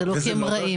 זה לא כי הם רעים.